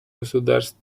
государств